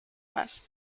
más